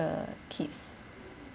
uh kids